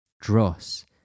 Dross